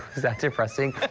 is that depressing?